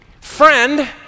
Friend